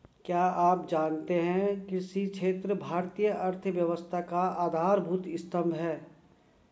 क्या आप जानते है कृषि क्षेत्र भारतीय अर्थव्यवस्था का आधारभूत स्तंभ है?